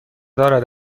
دارد